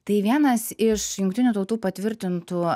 tai vienas iš jungtinių tautų patvirtintų